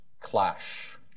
clash